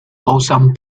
awesome